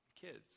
kids